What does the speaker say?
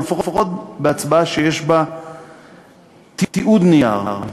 או לפחות בהצבעה שיש בה תיעוד נייר,